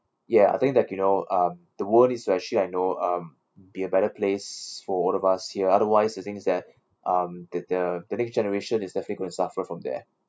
ya I think that you know um the world is actually I know um be a better place for all of us here otherwise the thing is that um the the the next generation is definitely going to suffer from there